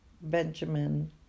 Benjamin